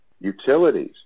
utilities